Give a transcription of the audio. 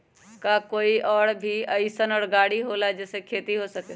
का कोई और भी अइसन और गाड़ी होला जे से खेती हो सके?